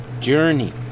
journey